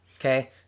Okay